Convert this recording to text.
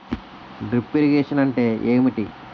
Drip irrigation అంటే ఏమిటి?